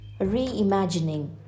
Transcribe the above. reimagining